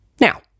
Now